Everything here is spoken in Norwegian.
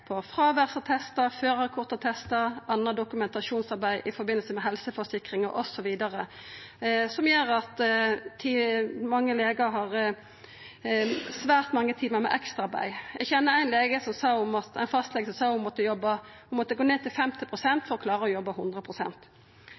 omfattande dokumentasjonsarbeid – fråværsattestar, førarkortattestar, anna dokumentasjonsarbeid i forbindelse med helseforsikringar osv., som gjer at mange legar har svært mange timar med ekstraarbeid. Eg kjenner ein fastlege som sa ho måtta gå ned til 50 pst. stilling for å klara å jobba